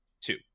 two